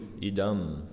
idam